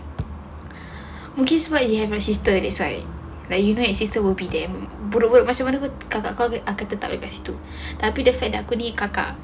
mungkin sebab you have like sister that's why like you don't have sister will be their house buruk-buruk macam mana pun kakak kau akan tetap kat di situ tapi the fact aku ni kakak